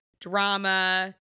Drama